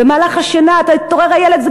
במהלך השינה יתעורר הילד,